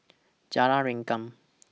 Jalan Rengkam